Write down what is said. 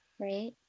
Right